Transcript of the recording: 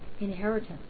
inheritance